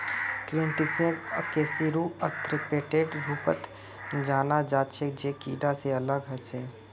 क्रस्टेशियंसक अकशेरुकी आर्थ्रोपोडेर रूपत जाना जा छे जे कीडा से अलग ह छे